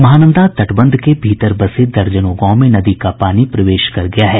महानंदा तटबंध के भीतर बसे दर्जनों गांव में नदी का पानी प्रवेश कर गया है